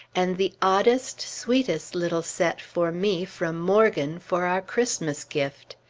and the oddest, sweetest little set for me, from morgan, for our christmas gift.